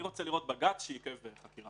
אני רוצה לראות בג"ץ שעיכב חקירה.